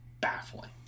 baffling